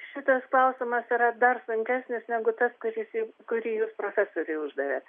šitas klausimas yra dar sunkesnis negu tas kuris kurį jūs profesoriui uždavėt